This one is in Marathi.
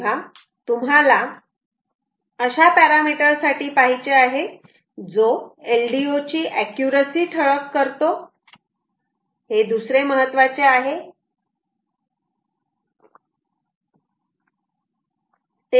तेव्हा तुम्हाला अशा पॅरामीटर साठी पाहायचे आहे जो LDO ची एक्युरॅसी ठळक करतो हे दुसरे महत्वाचे आहे